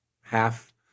half